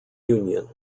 union